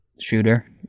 shooter